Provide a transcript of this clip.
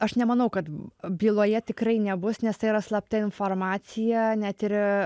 aš nemanau kad byloje tikrai nebus nes tai yra slapta informacija net ir